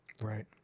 right